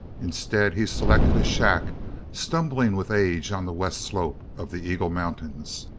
instead, he selected a shack stumbling with age on the west slope of the eagle mountains.